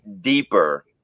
deeper